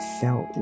felt